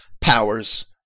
powers